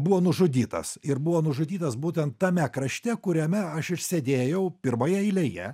buvo nužudytas ir buvo nužudytas būtent tame krašte kuriame aš ir sėdėjau pirmoje eilėje